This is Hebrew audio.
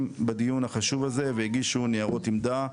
בדיון החשוב הזה והגישו את ניירות העמדה,